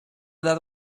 that